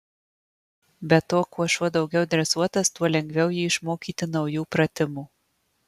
be to kuo šuo daugiau dresuotas tuo lengviau jį išmokyti naujų pratimų